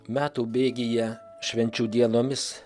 metų bėgyje švenčių dienomis